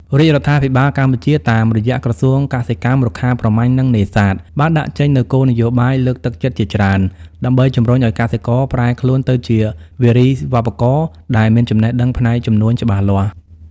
រាជរដ្ឋាភិបាលកម្ពុជាតាមរយៈក្រសួងកសិកម្ម រុក្ខាប្រមាញ់ និងនេសាទ បានដាក់ចេញនូវគោលនយោបាយលើកទឹកចិត្តជាច្រើន ដើម្បីជំរុញឱ្យកសិករប្រែខ្លួនទៅជាវារីវប្បករដែលមានចំណេះដឹងផ្នែកជំនួញច្បាស់លាស់។